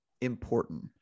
important